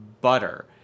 butter